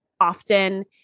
often